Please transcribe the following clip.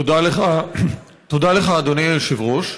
תודה לך, אדוני היושב-ראש.